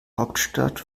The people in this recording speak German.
hauptstadt